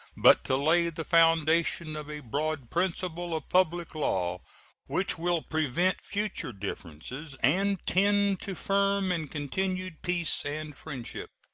but to lay the foundation of a broad principle of public law which will prevent future differences and tend to firm and continued peace and friendship.